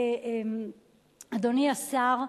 אדוני השר,